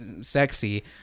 sexy